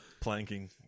planking